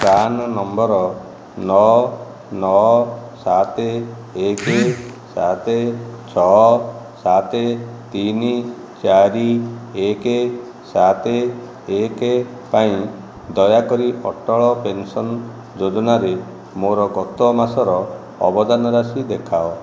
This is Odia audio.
ପ୍ରାନ୍ ନମ୍ବର ନଅ ନଅ ସାତ ଏକ ସାତ ଛଅ ସାତ ତିନି ଚାରି ଏକ ସାତ ଏକ ପାଇଁ ଦୟାକରି ଅଟଳ ପେନ୍ସନ୍ ଯୋଜନାରେ ମୋର ଗତ ମାସର ଅବଦାନ ରାଶି ଦେଖାଅ